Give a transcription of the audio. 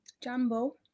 jambo